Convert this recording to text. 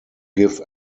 give